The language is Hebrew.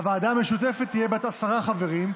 הוועדה המשותפת תהיה בת עשרה חברים,